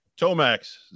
Tomax